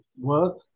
work